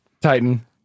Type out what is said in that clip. Titan